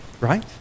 right